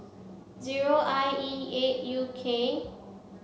zero I E eight U K